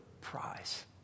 prize